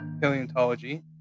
paleontology